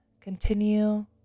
continue